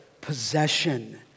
possession